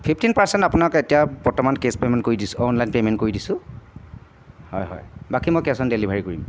fifteen percent আপোনাক এতিয়া বৰ্তমান কেচ পে'মেণ্ট কৰি দিছোঁ অনলাইন পে'মেণ্ট কৰি দিছোঁ হয় হয় বাকী মই কেচ অ'ন ডেলিভাৰী কৰিম